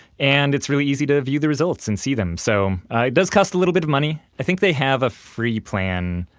and it's really easy to view the results and see them. so it does cost a little bit of money. i think they have a free plan,